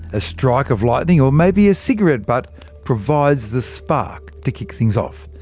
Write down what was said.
a strike of lightning, or maybe a cigarette butt provides the spark to kick things off.